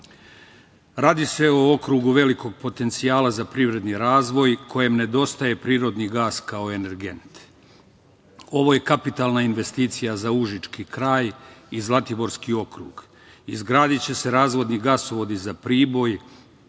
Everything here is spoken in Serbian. Radi se o okrugu velikog potencijala za privredni razvoj, kojem nedostaje prirodni gas kao energent. Ovo je kapitalna investicija za užički kraj i Zlatiborski okrug. Izgradiće se razvodni gasovod i za Priboj,